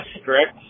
strict